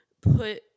put